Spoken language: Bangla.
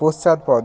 পশ্চাৎপদ